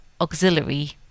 auxiliary